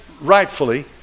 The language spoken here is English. rightfully